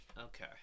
Okay